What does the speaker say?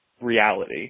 reality